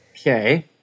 Okay